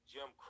Jim